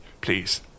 Please